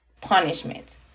punishment